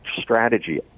strategy